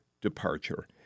departure